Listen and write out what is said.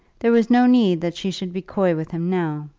there was no need that she should be coy with him now,